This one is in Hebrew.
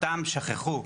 אותם שכחו.